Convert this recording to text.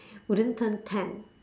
wouldn't turn tan